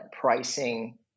pricing